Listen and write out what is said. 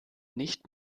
nicht